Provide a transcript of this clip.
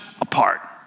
apart